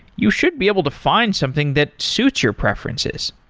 you should be able to find something that suits your preferences.